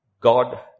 God